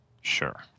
Sure